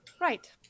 Right